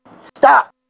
Stop